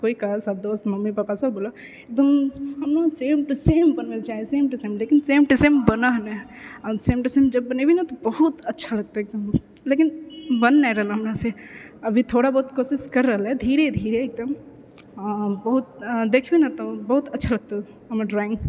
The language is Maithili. सब पैघ कहल मम्मी पप्पा दोस्त सब बोलल एकदम हम ने सेम टू सेम बनबै लए चाहै सेम टू सेम लेकिन सेम टू सेम बनऽ है हि हम सेम टू सेम जब बनैबे नहि तऽ बहुत अच्छा लगतै लेकिन बन नहि रहल हमरासँ अभी थोड़ा बहुत कोशिश करि रहलै धीरे धीरे एकदम हम बहुत देखियौ ने तऽ बहुत अच्छा लगितो हमर ड्रॉइङ्ग